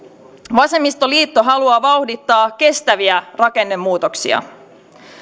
vasemmistoliitto haluaa vauhdittaa kestäviä rakennemuutoksia